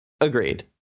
Agreed